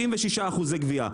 96% גבייה.